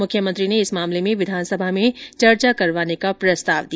मुख्यमंत्री ने इस मामले में विधानसभा में चर्चा करवाने का प्रस्ताव दिया